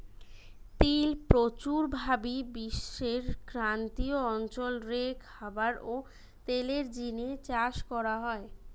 তিল প্রচুর ভাবি বিশ্বের ক্রান্তীয় অঞ্চল রে খাবার ও তেলের জিনে চাষ করা হয়